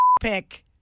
pick